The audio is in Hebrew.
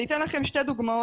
אני אתן לכם שתי דוגמאות.